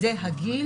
זה הגיל,